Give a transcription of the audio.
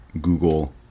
Google